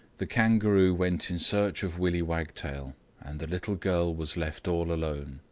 the kangaroo went in search of willy wagtail and the little girl was left all alone.